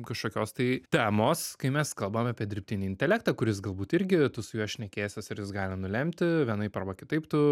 kažkokios tai temos kai mes kalbam apie dirbtinį intelektą kuris galbūt irgi tu su juo šnekėsies ir jis gali nulemti vienaip arba kitaip tu